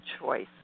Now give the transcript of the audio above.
choice